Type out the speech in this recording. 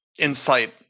insight